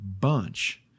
bunch